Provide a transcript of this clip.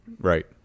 Right